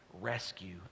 rescue